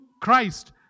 Christ